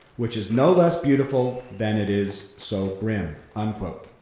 which is no less beautiful than it is so grim, unquote.